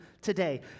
today